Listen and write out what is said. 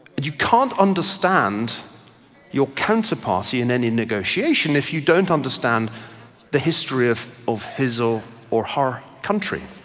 and you can't understand your counterparty in any negotiation if you don't understand the history of of his or or her country.